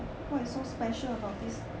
what is so special about this